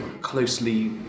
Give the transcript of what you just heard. closely